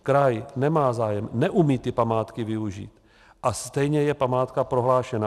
Kraj nemá zájem, neumí ty památky využít, a stejně je památka prohlášena.